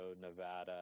Nevada